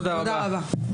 תודה רבה.